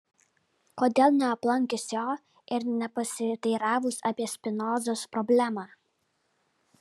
kodėl neaplankius jo ir nepasiteiravus apie spinozos problemą